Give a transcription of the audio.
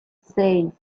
seis